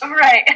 Right